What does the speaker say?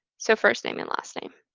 so first name and last name.